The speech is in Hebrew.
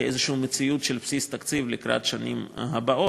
כעל מציאות של בסיס תקציב לקראת השנים הבאות,